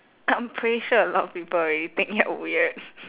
I'm pretty sure a lot of people already think you're weird